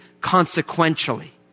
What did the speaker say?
consequentially